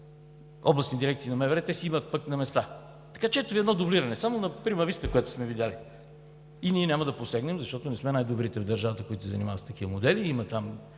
областни дирекции на МВР си имат такива на места, така че ето Ви едно дублиране, само на прима виста, което сме видели. И ние няма да посегнем, защото не сме най-добрите в държавата, които се занимават с такива модели, да не